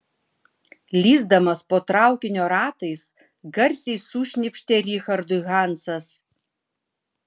lįsdamas po traukinio ratais garsiai sušnypštė richardui hansas